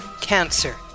cancer